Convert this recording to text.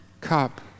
cup